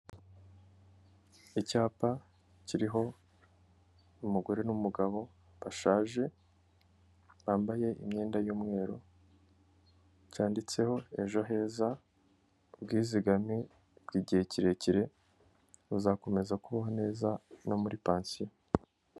Icyapa kiriho umugore n'umugabo bashaje, bambaye imyenda y'umweru, cyanditseho: "Ejo heza, ubwizigame bw'igihe kirekire, uzakomeza kubaho neza no muri pansiyo".